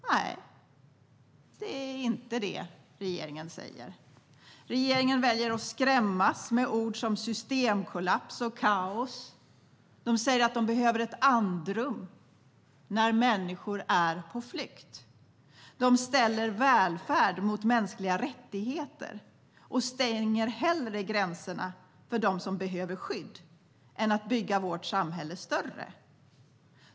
Nej, det är inte det regeringen säger. Regeringen väljer att skrämmas med ord som systemkollaps och kaos. De säger att de behöver andrum när människor är på flykt. De ställer välfärd mot mänskliga rättigheter och stänger hellre gränserna för dem som behöver skydd än att bygga vårt samhälle större.